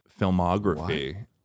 filmography